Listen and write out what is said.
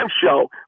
show